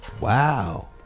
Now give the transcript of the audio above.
Wow